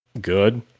Good